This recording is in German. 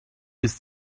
ist